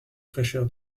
fraîcheur